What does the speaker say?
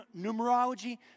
numerology